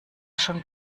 schon